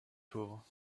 pauvre